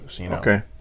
Okay